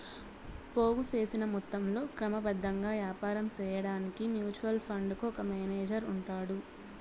పోగు సేసిన మొత్తంలో క్రమబద్ధంగా యాపారం సేయడాన్కి మ్యూచువల్ ఫండుకు ఒక మేనేజరు ఉంటాడు